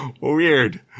Weird